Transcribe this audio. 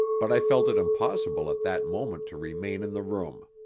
but i felt it impossible at that moment to remain in the room.